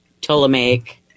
Ptolemaic